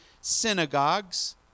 synagogues